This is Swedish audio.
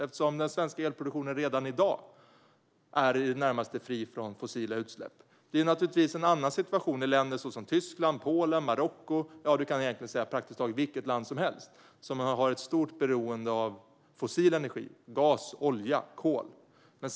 Den svenska elproduktionen är redan i dag i det närmaste fri från fossila utsläpp. Det är naturligtvis en annan situation i länder såsom Tyskland, Polen, Marocko - praktiskt taget vilket land som helst - som har ett stort beroende av fossil energi, det vill säga gas, olja och kol.